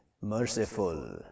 merciful